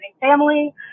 family